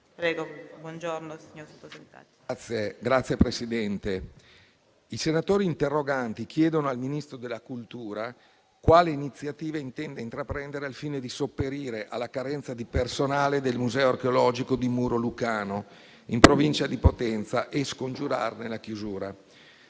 i senatori interroganti chiedono al Ministro della cultura quali iniziative intenda intraprendere al fine di sopperire alla carenza di personale del museo archeologico di Muro Lucano, in provincia di Potenza, e scongiurarne la chiusura.